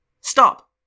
Stop